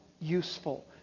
useful